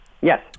Yes